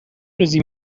روزی